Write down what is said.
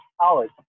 college